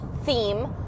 theme